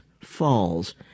Falls